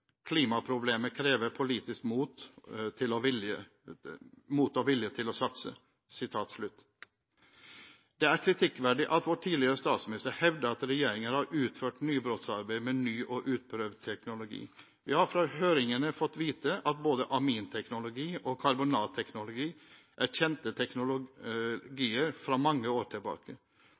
Klimaproblemet krever politisk mot og vilje til å satse.» Det er kritikkverdig at vår tidligere statsminister hevder at regjeringen har utført nybrottsarbeid med ny og uprøvd teknologi. Vi har fra høringene fått vite at både aminteknologi og karbonatteknologi er kjente teknologier fra mange år tilbake.